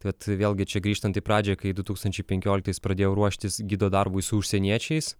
tad vėlgi čia grįžtant į pradžią kai du tūkstančiai penkioliktais pradėjau ruoštis gido darbui su užsieniečiais